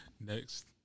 Next